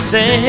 Say